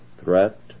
threat